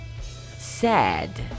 sad